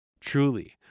truly